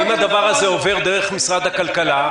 אם הדבר הזה עובר דרך משרד הכלכלה,